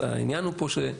אז העניין הוא פה שא',